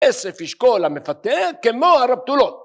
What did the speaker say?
‫כסף ישקול המפתה כמוהר הבתולותץ